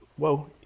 whoa.